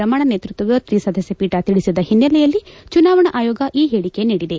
ರಮಣ ನೇತೃತ್ವದ ತ್ರಿಸದಸ್ಯಪೀಠ ತಿಳಲದ ಹಿನ್ನೆಲೆಯಲ್ಲಿ ಚುನಾವಣಾ ಆಯೋಗ ಈ ಹೇಳಕೆ ನೀಡಿದೆ